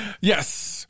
Yes